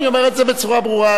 אני אומר את זה בצורה ברורה.